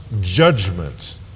judgment